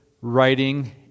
writing